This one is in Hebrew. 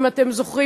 אם אתם זוכרים,